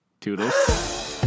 Toodles